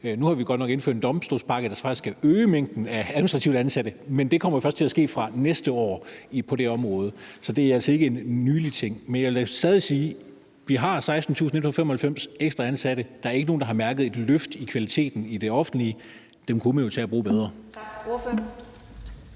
Nu har vi godt nok indført en domstolspakke, der faktisk skal øge mængden af administrative ansatte, men det kommer først til at ske fra næste år på det område. Så det er altså ikke en nylig ting. Men jeg vil stadig sige, at vi har 16.195 ekstra ansatte, og der er ikke nogen, der har mærket et løft i kvaliteten i det offentlige. Dem kunne man jo tage at bruge bedre.